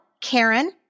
Karen